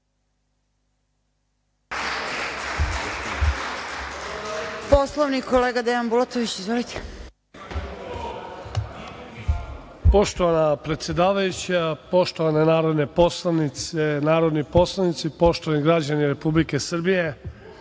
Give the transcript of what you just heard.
Poslovnik, kolega Dejan Bulatović. Izvolite. **Dejan Bulatović** Poštovana predsedavajuća, poštovane narodne poslanice, narodni poslanici, poštovani građani Republike Srbije,